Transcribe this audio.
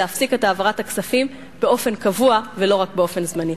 להפסיק את העברת הכספים באופן קבוע ולא רק באופן זמני.